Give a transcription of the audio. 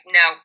no